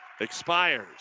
expires